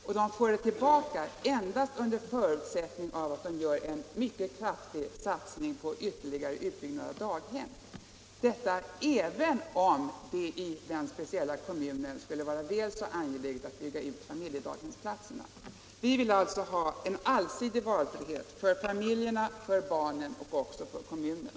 Och de får tillbaka pengar endast under förutsättning att de gör en mycket kraftig satsning på ytterligare utbyggnad av daghem — detta även om det i den speciella kommunen skulle vara väl så angeläget att bygga ut familjedaghemsplatserna. Vi vill alltså ha en allsidig valfrihet för familjerna, för barnen och även för kommunerna.